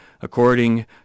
According